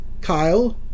Kyle